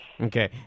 Okay